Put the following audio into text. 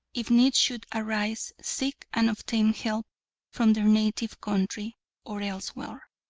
if need should arise, seek and obtain help from their native country or elsewhere.